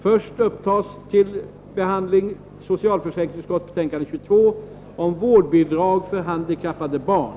Först upptas alltså socialförsäkringsutskottets betänkande 22 om vårdbidrag för handikappade barn.